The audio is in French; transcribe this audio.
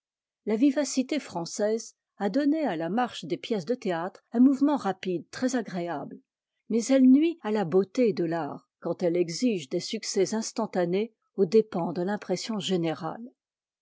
la vivacité française a donné à la marche des pièces de théâtre un mouvement rapide trèsagréable mais elle nuit à la beauté de l'art quand elle exige des succès instantanés aux dépens de l'impression générale